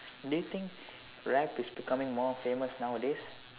do you think rap is becoming more famous nowadays